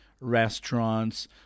restaurants